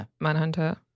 Manhunter